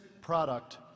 product